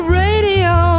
radio